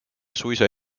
suisa